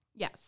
Yes